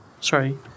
Sorry